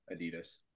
Adidas